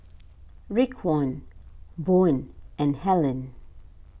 Raekwon Boone and Hellen